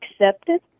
accepted